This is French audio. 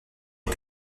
est